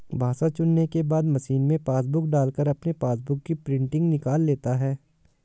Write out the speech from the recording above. भाषा चुनने के बाद मशीन में पासबुक डालकर अपने पासबुक की प्रिंटिंग निकाल लेता है